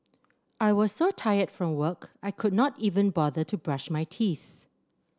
I was so tired from work I could not even bother to brush my teeth